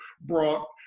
brought